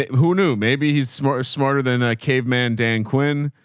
who knew maybe he's smarter, smarter than a caveman. dan quinn